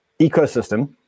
ecosystem